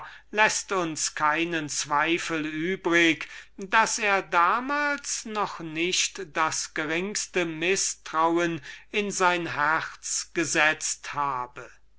läßt uns keinen zweifel übrig daß er damals noch nicht das geringste mißtrauen in sein herz gesetzt habe